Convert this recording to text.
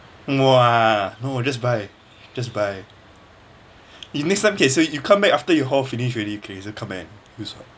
!wah! no just buy just buy you next time can say you come back after your hall finish already can still come back and use [what]